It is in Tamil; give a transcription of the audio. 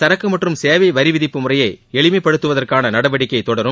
சரக்கு மற்றும் சேவை வரி விதிப்பு முறையை எளிமை படுத்துவதற்கான நடவடிக்கை தொடரும்